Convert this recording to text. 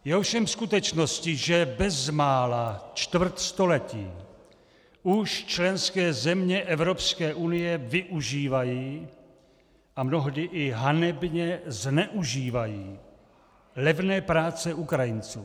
Je ovšem skutečností, že bezmála čtvrt století už členské země Evropské unie využívají a mnohdy i hanebně zneužívají levné práce Ukrajinců.